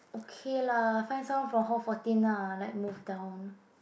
okay lah find someone for hall fourteen lah like move down